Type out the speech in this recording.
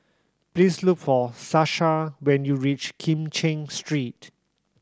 please look for Sasha when you reach Kim Cheng Street